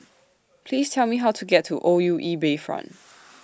Please Tell Me How to get to O U E Bayfront